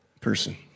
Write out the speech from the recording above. person